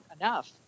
enough